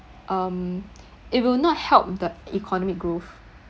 um it will not help the economic growth